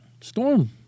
Storm